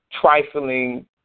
trifling –